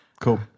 Cool